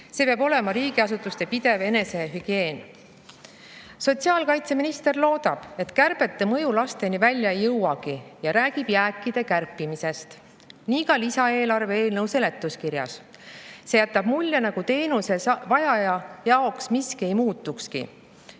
See peab olema riigiasutuste pidev enesehügieen. Sotsiaalkaitseminister loodab, et kärbete mõju lasteni välja ei jõuagi ja räägib jääkide kärpimisest, nii ka lisaeelarve eelnõu seletuskirjas. See jätab mulje, nagu teenuse vajaja jaoks miski ei muutukski.